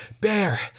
bear